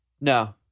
No